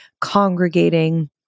congregating